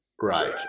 right